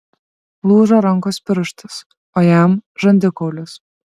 lūžo rankos pirštas o jam žandikaulis